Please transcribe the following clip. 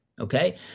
okay